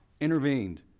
Intervened